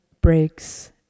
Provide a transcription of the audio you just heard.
breaks